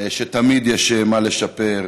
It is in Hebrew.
תמיד יש מה לשפר: